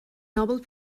nobel